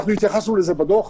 התייחסנו לזה בדוח,